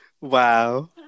wow